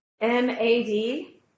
M-A-D